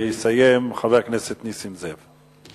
ויסיים, חבר הכנסת נסים זאב,